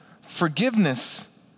forgiveness